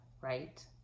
right